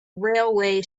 railway